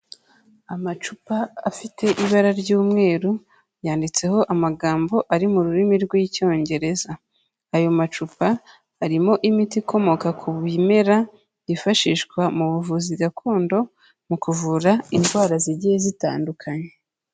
Amacupa afite ibara ry'umweru, yanditseho amagambo ari mu rurimi rw'Icyongereza. Ayo macupa arimo imiti ikomoka ku bimera byifashishwa mu buvuzi gakondo mu kuvura indwara zigiye zitandukanye.